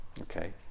okay